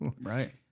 Right